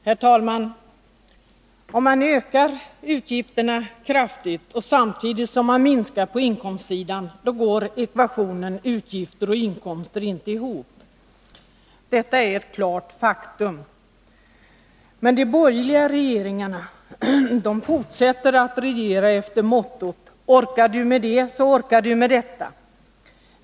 Herr talman! Om man ökar utgifterna kraftigt samtidigt som man minskar på inkomstsidan, då går ekvationen utgifter och inkomster inte ihop. Detta är ett klart faktum. Men de borgerliga regeringarna fortsätter att regera efter Sättet att fastställa mottot: Orkar du med det så orkar du med detta.